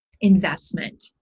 investment